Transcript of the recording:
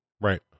Right